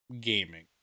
gaming